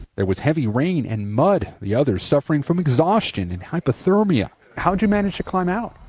there was heavy rain and mud. the others suffering from exhaustion and hypothermia. how did you manage to climb out?